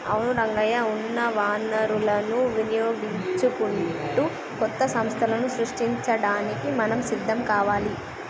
అవును రంగయ్య ఉన్న వనరులను వినియోగించుకుంటూ కొత్త సంస్థలను సృష్టించడానికి మనం సిద్ధం కావాలి